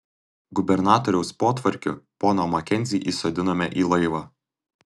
gubernatoriaus potvarkiu poną makenzį įsodinome į laivą